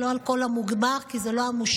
לא על המוגמר, כי זה לא מושלם,